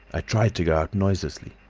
i tried to go out noiselessly.